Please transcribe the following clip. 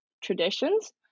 traditions